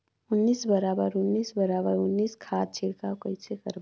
उन्नीस बराबर उन्नीस बराबर उन्नीस खाद छिड़काव कइसे करबो?